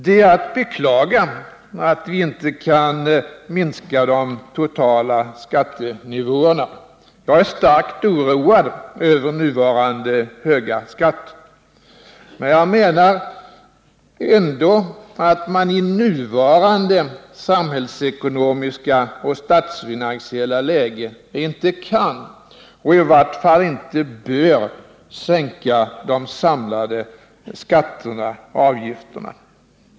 Det är att beklaga att vi inte kan minska de totala skattenivåerna — jag är starkt oroad över nuvarande höga skatter —- men jag menar ändå att man i nuvarande samhällsekonomiska och statsfinansiella läge egentligen inte kan, och i vart fall inte bör, sänka de samlade skatterna och avgifterna.